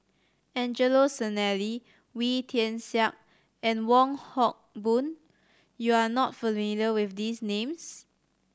Angelo Sanelli Wee Tian Siak and Wong Hock Boon you are not familiar with these names